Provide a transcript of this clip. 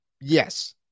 yes